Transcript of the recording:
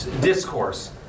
discourse